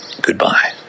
goodbye